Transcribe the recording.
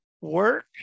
work